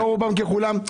לא רובם ככולם.